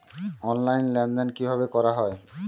Online লেনদেন কিভাবে করা হয়?